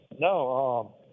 no